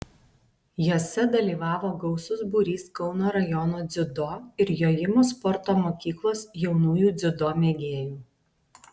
jose dalyvavo gausus būrys kauno rajono dziudo ir jojimo sporto mokyklos jaunųjų dziudo mėgėjų